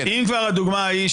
אם כבר הדוגמה ההיא.